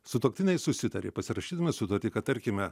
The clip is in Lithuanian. sutuoktiniai susitarė pasirašydami sutartį kad tarkime